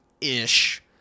ish